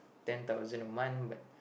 ten thousand a month but